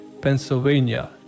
Pennsylvania